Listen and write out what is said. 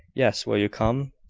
yes. will you come?